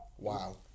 Wow